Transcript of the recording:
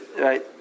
right